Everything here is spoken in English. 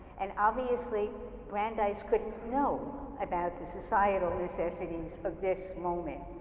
and obviously brandeis couldn't know about the societal necessities of this moment.